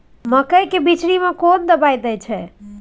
मकई के बिचरी में कोन दवाई दे छै?